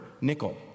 nickel